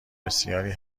بسیاری